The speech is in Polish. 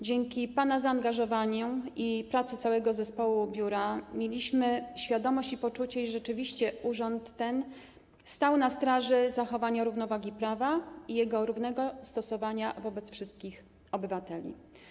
Dzięki pana zaangażowaniu i pracy całego zespołu biura mieliśmy świadomość i poczucie, że rzeczywiście urząd ten stał na straży zachowania równowagi prawa i jego równego stosowania wobec wszystkich obywateli.